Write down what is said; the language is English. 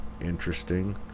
interesting